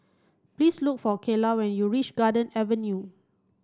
please look for Cayla when you reach Garden Avenue